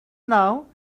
now